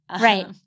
Right